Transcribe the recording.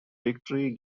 victory